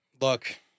Look